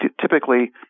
typically